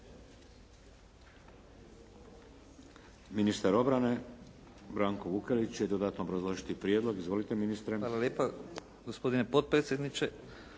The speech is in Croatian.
Ministar obrane, Branko Vukelić će dodatno obrazložiti prijedlog. Izvolite ministre. **Vukelić, Branko (HDZ)** Hvala lijepo gospodine potpredsjedniče,